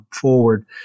forward